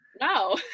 no